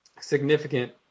significant